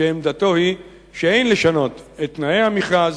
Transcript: שעמדתו היא שאין לשנות את תנאי המכרז,